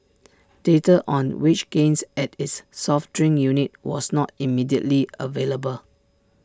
data on wage gains at its soft drink unit was not immediately available